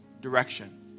direction